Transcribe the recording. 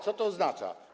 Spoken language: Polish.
Co to oznacza?